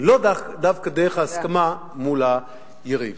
ולא דווקא דרך ההסכמה מול היריב.